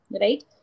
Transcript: right